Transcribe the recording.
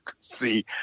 see